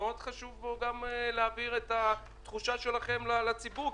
שמאוד חשוב להעביר את התחושה שלכם לציבור,